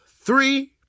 three